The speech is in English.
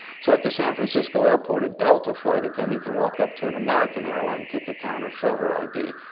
so at the san francisco airport, a delta flight attendant can walk up to an american airlines ticket counter, show her id,